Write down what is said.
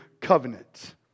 Covenant